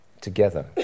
together